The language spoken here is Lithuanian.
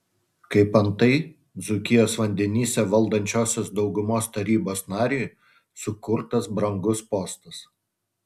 kaip antai dzūkijos vandenyse valdančiosios daugumos tarybos nariui sukurtas brangus postas